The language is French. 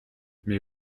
mais